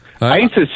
ISIS